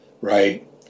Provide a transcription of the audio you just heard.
Right